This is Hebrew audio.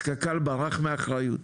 אז קק"ל ברח מאחריות,